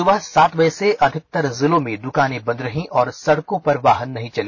सुबह सात बजे से अधिकाष जिलों में दुकाने बंद रहीं और सड़कों पर वाहन नहीं चले